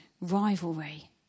rivalry